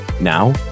now